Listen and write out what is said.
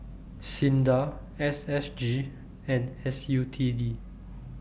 SINDA S S G and S U T D